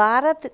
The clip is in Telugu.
భారత్